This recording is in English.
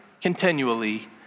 continually